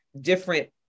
different